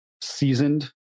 seasoned